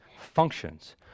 functions